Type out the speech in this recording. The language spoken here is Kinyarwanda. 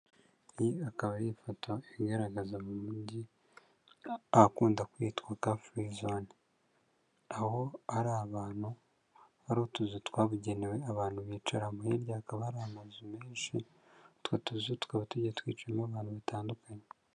Iyi akaba ari ifoto igaragaza mu Mujyi ahakunda kwitwa Car free zone, aho ari abantu hari utuzu twabugenewe abantu bicaramo, hirya hakaba hari amazu menshi, utwo tuzo tukaba tugiye twicayemo abantu batandukanye.